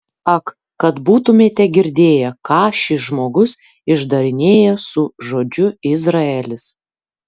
ak kad būtumėte girdėję ką šis žmogus išdarinėja su žodžiu izraelis